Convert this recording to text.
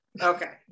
Okay